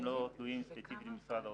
הם לא תלויים ספציפית במשרד האוצר.